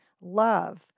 love